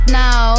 now